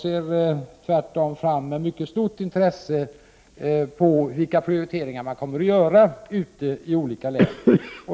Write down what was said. Det är tvärtom med mycket stort intresse jag ser fram emot att få ta del av vilka prioriteringar man kommer att göra i olika län.